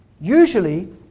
Usually